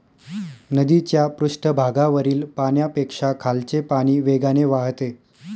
नदीच्या पृष्ठभागावरील पाण्यापेक्षा खालचे पाणी वेगाने वाहते